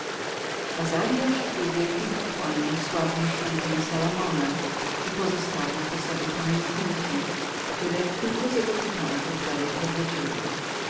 azariah był wielkim kapłanem sławnej świątyni salomona i pozostawił po sobie pamiętniki które kilku z jego potomków dalej prowadziło